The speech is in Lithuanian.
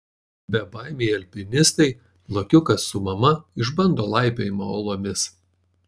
bebaimiai alpinistai lokiukas su mama išbando laipiojimą uolomis